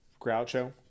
groucho